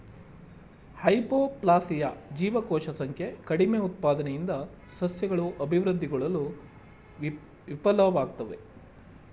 hypoplasia ಜೀವಕೋಶ ಸಂಖ್ಯೆ ಕಡಿಮೆಉತ್ಪಾದನೆಯಿಂದ ಸಸ್ಯಗಳು ಅಭಿವೃದ್ಧಿಗೊಳ್ಳಲು ವಿಫಲ್ವಾಗ್ತದೆ